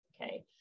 Okay